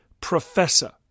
Professor